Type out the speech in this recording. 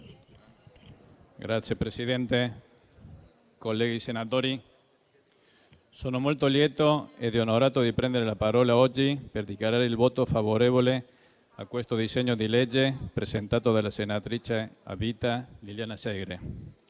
Signor Presidente, colleghi senatori, sono molto lieto e onorato di prendere la parola oggi per dichiarare il voto favorevole a questo disegno di legge, presentato dalla senatrice a vita Liliana Segre